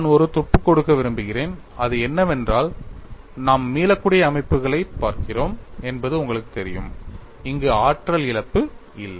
நான் ஒரு துப்பு கொடுக்க விரும்புகிறேன் அது என்னவென்றால் நாம் மீளக்கூடிய அமைப்புகளைப் பார்க்கிறோம் என்பது உங்களுக்குத் தெரியும் இங்கு ஆற்றல் இழப்பு இல்லை